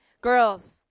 Girls